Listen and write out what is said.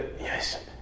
Yes